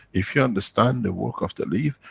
if you understand the work of the leaf,